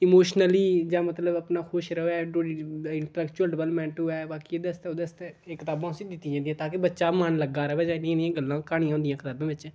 emotionally जां मतलब अपना खुश रवै इंटलैक्चुयल डैवलमेंट होऐ बाकी एह्दे आस्तै ओह्दे आस्तै एह् कताबां उसी दित्तियां जंदियां ताकि बच्चा मन लग्गै रवै जां एह् नेहियां गल्लां क्हानियां होंदियां कताबै बिच्च